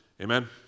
Amen